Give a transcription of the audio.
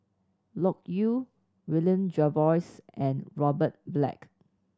Loke Yew William Jervois and Robert Black